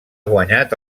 guanyat